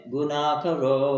Gunakaro